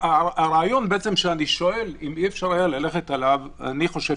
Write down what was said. הרעיון שאני שואל אם אי אפשר היה ללכת עליו אני חושב